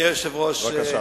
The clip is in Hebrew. אדוני היושב-ראש,